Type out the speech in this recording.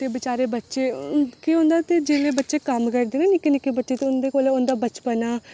ते बेचारे बच्चे हून केह् होंदा कि जेहड़े बच्चे कम्म करदे ना निक्के निक्के बच्चे उंदे कोल उंदा बचपना